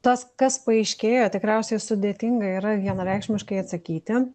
tas kas paaiškėjo tikriausiai sudėtinga yra vienareikšmiškai atsakyti